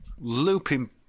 Looping